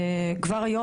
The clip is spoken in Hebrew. כבר היום,